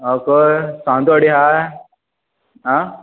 आं खंय सावंतवाडी हाय आं